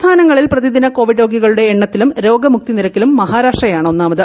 സംസ്ഥാനങ്ങളിൽ പ്രതിദിന കോവിഡ് രോഗികളുടെ എണ്ണത്തിലും രോഗമുക്തി നിരക്കിലും മഹാരാഷ്ട്രയാണ് ഒന്നാമത്